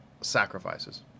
sacrifices